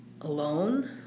alone